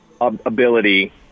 ability